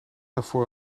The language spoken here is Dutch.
daarvoor